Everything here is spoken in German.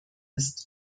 ist